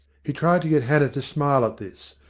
he tried to get hannah to smile at this,